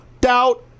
doubt